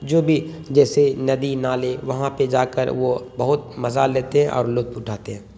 جو بھی جیسے ندی نالے وہاں پہ جا کر وہ بہت مزہ لیتے ہیں اور لطف اٹھاتے ہیں